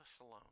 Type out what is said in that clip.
alone